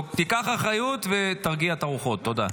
טוב, תיקח אחריות ותרגיע את הרוחות, תודה.